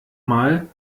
mal